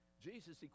Jesus